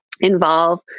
involve